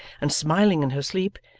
and smiling in her sleep,